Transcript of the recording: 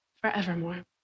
forevermore